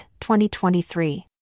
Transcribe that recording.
2023